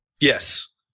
Yes